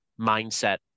mindset